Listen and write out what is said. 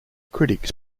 critics